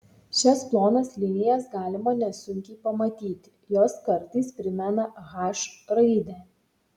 šias plonas linijas galima nesunkiai pamatyti jos kartais primena h raidę